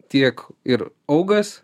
tiek ir augas